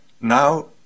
now